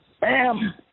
Bam